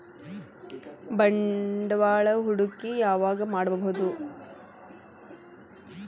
ಬಂಡವಾಳ ಹೂಡಕಿ ಯಾವಾಗ್ ಮಾಡ್ಬಹುದು?